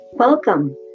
Welcome